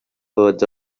words